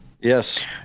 Yes